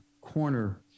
corner